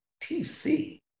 TC